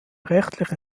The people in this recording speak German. rechtliche